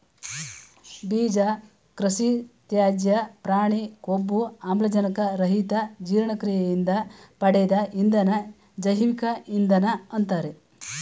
ಬೀಜ ಕೃಷಿತ್ಯಾಜ್ಯ ಪ್ರಾಣಿ ಕೊಬ್ಬು ಆಮ್ಲಜನಕ ರಹಿತ ಜೀರ್ಣಕ್ರಿಯೆಯಿಂದ ಪಡೆದ ಇಂಧನ ಜೈವಿಕ ಇಂಧನ ಅಂತಾರೆ